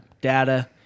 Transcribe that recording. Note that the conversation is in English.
data